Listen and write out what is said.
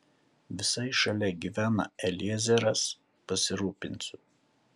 visai šalia gyvena eliezeras pasirūpinsiu